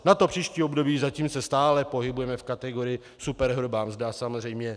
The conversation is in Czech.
Na příští období, zatím se stále pohybujeme v kategorii superhrubá mzda samozřejmě.